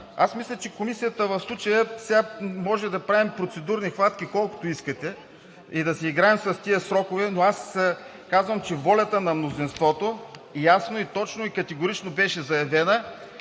и няма да повтарям приетите неща. Може да правим процедурни хватки колкото искате и да си играем с тези срокове, но аз казвам, че волята на мнозинството ясно, точно и категорично беше заявена.